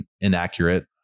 inaccurate